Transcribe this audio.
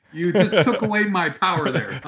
you just took away my power there